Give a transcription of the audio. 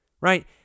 right